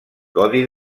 codi